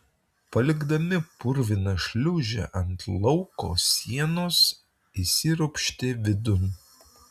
palikdami purviną šliūžę ant lauko sienos įsiropštė vidun